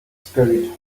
scurried